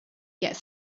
get